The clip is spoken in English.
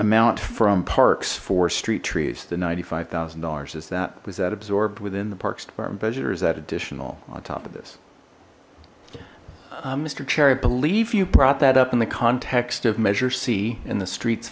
amount from parks for street trees the ninety five thousand dollars is that was that absorbed within the parks department budget or is that additional on top of this mister chair i believe you brought that up in the context of measure c in the streets